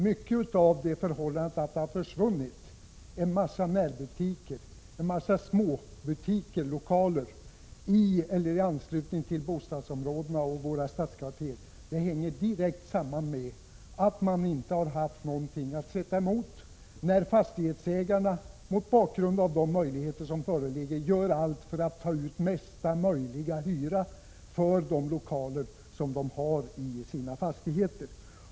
Mycket av det förhållandet att det har försvunnit en massa närbutiker och småbutiker eller lokaler i eller i anslutning till bostadsområdena och stadskvarteren hänger direkt samman med att lokalhyresgästerna inte har haft någonting att sätta emot när fastighetsägarna gör allt för att utnyttja möjligheterna att ta ut mesta möjliga hyra för de lokaler de har i sina fastigheter.